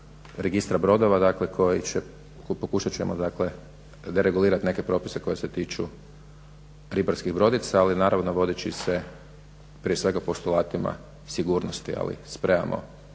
registra brodova, dakle koji će, pokušat ćemo dakle deregulirat neke propise koji se tiču ribarskih brodica, ali naravno vodeći se prije svega postulatima sigurnosti. Ali spremamo